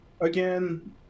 again